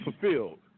fulfilled